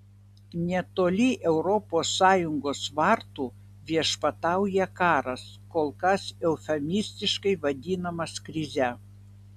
netoli europos sąjungos vartų viešpatauja karas kol kas eufemistiškai vadinamas krize